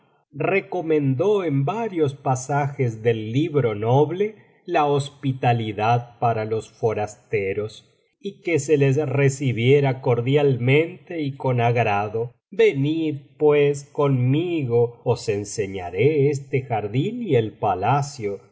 recomendó en varios pasajes del libro noble la hospitalidad para los forasteros y que se les recibiera cordialmente y con agrado venid pues conmigo os enseñaré este jardín y ehpalacio y